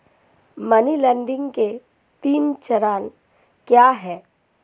Money laundering के तीन चरण क्या हैं?